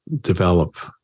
develop